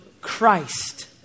Christ